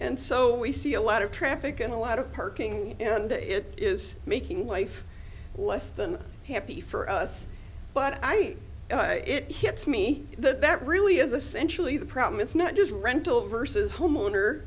and so we see a lot of traffic and a lot of parking and the it is making life less than happy for us but i it hits me that that really is essentially the problem it's not just rental versus homeowner